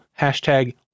hashtag